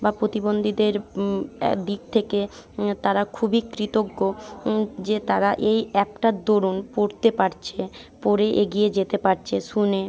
বা প্রতিবন্ধীদের দিক থেকে তারা খুবই কৃতজ্ঞ যে তারা এই অ্যাপটার দরুন পড়তে পারছে পড়ে এগিয়ে যেতে পারছে শুনে